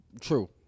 True